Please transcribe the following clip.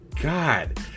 God